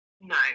No